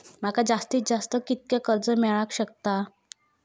माका जास्तीत जास्त कितक्या कर्ज मेलाक शकता?